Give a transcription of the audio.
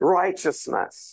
righteousness